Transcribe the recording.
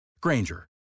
Granger